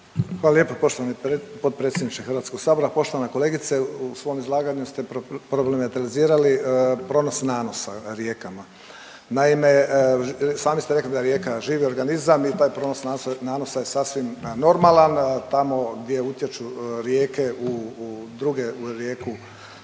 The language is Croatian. Hvala lijepo poštovani potpredsjedniče HS-a. Poštovana kolegice u svom izlaganju ste problematizirali pronos nanosa rijekama, naime sami ste rekli da je rijeka živi organizam i taj pronos nanosa je sasvim normalan, tamo gdje utječu rijeke u druge u rijeku